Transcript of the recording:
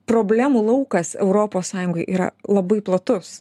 problemų laukas europos sąjungoj yra labai platus